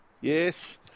Yes